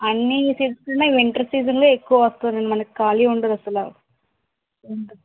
అన్ని సీజన్లో కన్నా ఈ వింటర్ సీజన్లో ఎక్కువ వస్తారండి మనకి ఖాళీ ఉండదు అస్సలు